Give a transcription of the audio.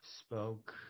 spoke